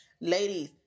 ladies